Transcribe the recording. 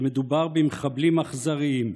שמדובר במחבלים אכזריים,